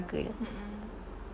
mm mm